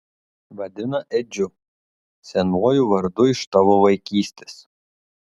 vadina edžiu senuoju vardu iš tavo vaikystės